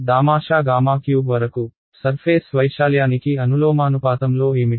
దామాషా Γ3 వరకు సర్ఫేస్ వైశాల్యానికి అనులోమానుపాతంలో ఏమిటి